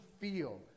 feel